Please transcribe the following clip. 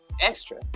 extra